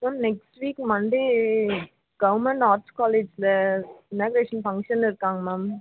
ma'am next week Monday government arts காலேஜில் inauguration function இருக்காங் ma'am